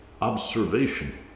observation